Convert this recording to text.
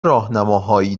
راهنماهایی